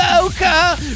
Boca